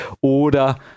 Oder